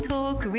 Talk